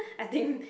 I didn't